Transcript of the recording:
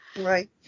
Right